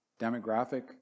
demographic